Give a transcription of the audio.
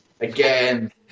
again